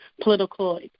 political